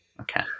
Okay